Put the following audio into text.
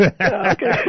Okay